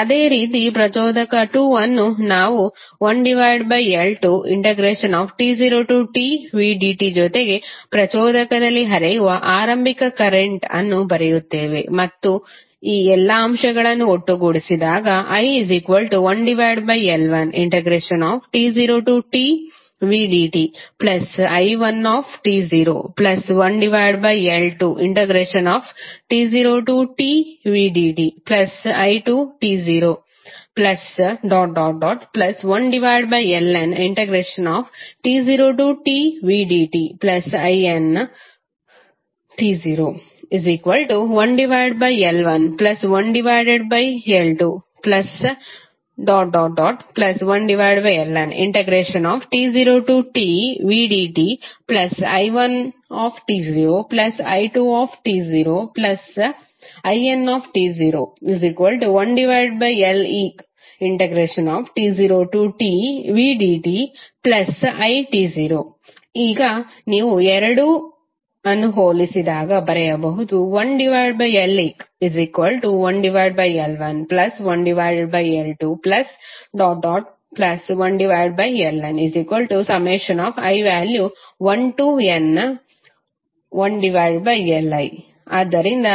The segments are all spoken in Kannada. ಅದೇ ರೀತಿ ಪ್ರಚೋದಕ 2 ನ್ನು ನಾವು 1L2t0tvdt ಜೊತೆಗೆ ಪ್ರಚೋದಕದಲ್ಲಿ ಹರಿಯುವ ಆರಂಭಿಕ ಕರೆಂಟ್ ಅನ್ನು ಬರೆಯುತ್ತೇವೆ ಮತ್ತು ಈ ಎಲ್ಲಾ ಅಂಶಗಳನ್ನು ಒಟ್ಟುಗೂಡಿಸಿದಾಗ i1L1t0tvdti11L2t0tvdti21Lnt0tvdtin 1l11L21Lnt0tvdti1t0i2t0int01Leqt0tvdti ಈಗ ನೀವು ಈ ಎರಡನ್ನು ಹೋಲಿಸಿದಾಗ ಬರೆಯಬಹುದು 1Leq1L11L21Lni1n1Li ಆದ್ದರಿಂದ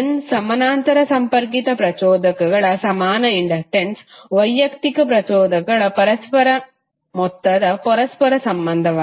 N ಸಮಾನಾಂತರ ಸಂಪರ್ಕಿತ ಪ್ರಚೋದಕಗಳ ಸಮಾನ ಇಂಡಕ್ಟನ್ಸ್ ವೈಯಕ್ತಿಕ ಪ್ರಚೋದನೆಗಳ ಪರಸ್ಪರ ಮೊತ್ತದ ಪರಸ್ಪರ ಸಂಬಂಧವಾಗಿದೆ